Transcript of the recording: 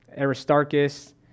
Aristarchus